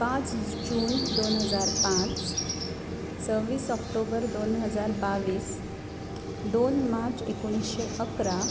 पांच जून दोन हजार पांच सव्वीस ऑक्टोबर दोन हजार बावीस दोन मार्च एकोणिशें अकरा